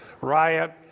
riot